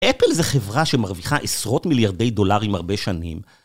אפל זה חברה שמרוויחה עשרות מיליארדי דולרים הרבה שנים